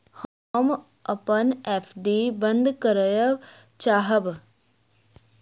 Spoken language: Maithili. हम अपन एफ.डी बंद करय चाहब